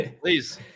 please